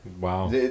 Wow